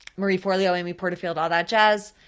marie forleo, amy porterfield, all that jazz,